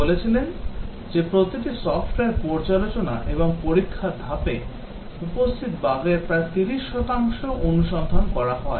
তিনি বলেছিলেন যে প্রতিটি সফ্টওয়্যার পর্যালোচনা এবং পরীক্ষা ধাপে উপস্থিত বাগের প্রায় 30 শতাংশ অনুসন্ধান করা হয়